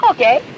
Okay